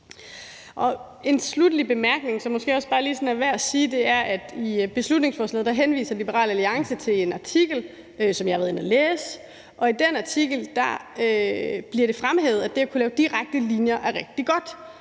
En afsluttende bemærkning, som måske også lige er værd at komme med, er, at Liberal Alliance i beslutningsforslaget henviser til en artikel, som jeg har været inde at læse, og i den artikel bliver det fremhævet, at det at kunne lave direkte linjer er rigtig godt.